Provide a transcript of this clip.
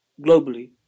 globally